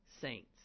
Saints